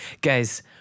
guys